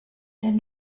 den